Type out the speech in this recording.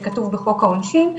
שכתוב בחוק העונשין,